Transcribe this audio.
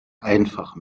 einfach